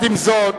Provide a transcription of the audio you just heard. עם זאת